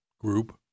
Group